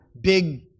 big